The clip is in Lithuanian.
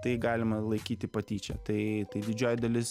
tai galima laikyti patyčia tai tai didžioji dalis